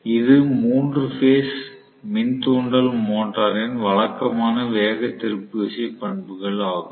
இது 3 பேஸ் மின் தூண்டல் மோட்டரின் வழக்கமான வேக திருப்பு விசை பண்புகள் ஆகும்